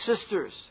sisters